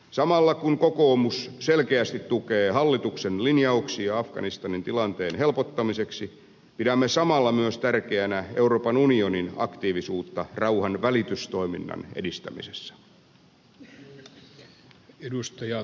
samalla kun kokoomus selkeästi tukee hallituksen linjauksia afganistanin tilanteen helpottamiseksi pidämme samalla myös tärkeänä euroopan unionin aktiivisuutta rauhanvälitystoiminnan edistämisessä